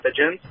pathogens